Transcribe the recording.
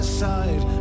side